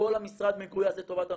כל המשרד מגויס לטובת הנושא.